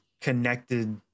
connected